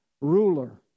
ruler